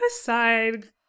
aside